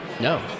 No